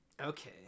Okay